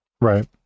right